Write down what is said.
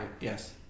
Yes